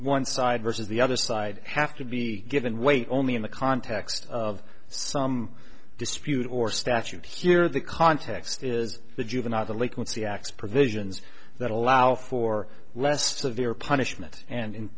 one side versus the other side have to be given weight only in the context of some dispute or statute here the context is the juvenile delinquency acts provisions that allow for less the veer punishment and in